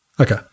Okay